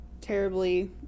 terribly